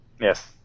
Yes